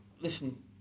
listen